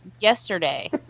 yesterday